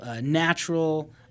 natural